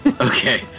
Okay